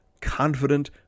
confident